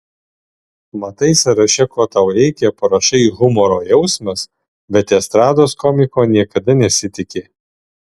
matai sąraše ko tau reikia parašai humoro jausmas bet estrados komiko niekada nesitiki